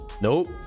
Nope